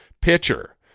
pitcher